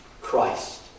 Christ